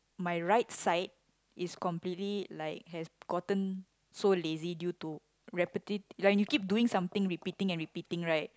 my right side is completely like has gotten so lazy due to repetit~ when you keep doing something repeating and repeating right